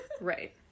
Right